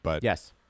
Yes